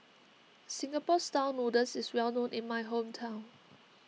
Singapore Style Noodles is well known in my hometown